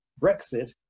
Brexit